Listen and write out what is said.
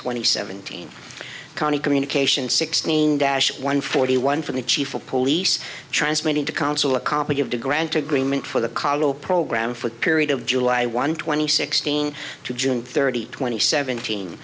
twenty seventeen county communication sixteen dash one forty one from the chief of police transmitting to counsel a copy of the grant agreement for the calo program for the period of july one twenty sixteen to june thirtieth twenty seventeen